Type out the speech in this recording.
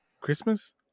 Christmas